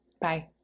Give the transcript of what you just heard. Bye